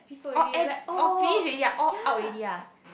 orh ev~ orh finish already ah all out already ah